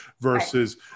versus